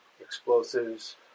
explosives